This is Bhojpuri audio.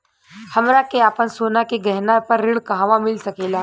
हमरा के आपन सोना के गहना पर ऋण कहवा मिल सकेला?